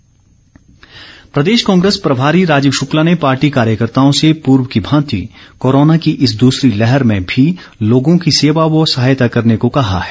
Congress corona प्रदेश कांग्रेस प्रभारी राजीव शुक्ला ने पार्टी कार्यकर्ताओं से पूर्व की भांति कोरोना की इस दूसरी लहर में भी लोगों की सेवा व सहायता करने को कहा है